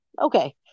Okay